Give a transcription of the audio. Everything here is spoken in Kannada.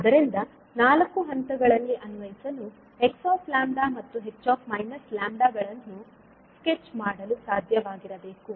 ಆದ್ದರಿಂದ ನಾಲ್ಕು ಹಂತಗಳನ್ನು ಅನ್ವಯಿಸಲು 𝑥 𝜆 ಮತ್ತು ℎ 𝜆 ಗಳನ್ನು ಸ್ಕೆಚ್ ಮಾಡಲು ಸಾಧ್ಯವಾಗಿರಬೇಕು